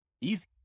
easy